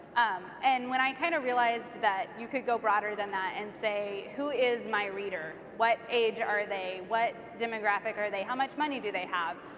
and when i kind of realized that you could go broader than that and say who is my reader, what age are they, what demographic are they, how much money do they have.